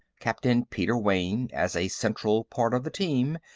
captain peter wayne, as a central part of the team,